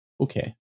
Okay